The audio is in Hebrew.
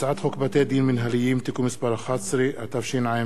הצעת חוק בתי-דין מינהליים (תיקון מס' 11), התשע"ב